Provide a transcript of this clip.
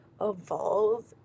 evolve